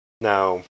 Now